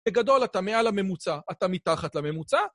בגדול, אתה מעל הממוצע, אתה מתחת לממוצע